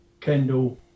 Kendall